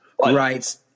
Right